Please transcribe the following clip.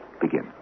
begin